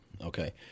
Okay